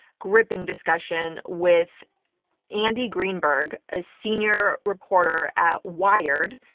gripping discussion with andy greenberg, a senior reporter at wired.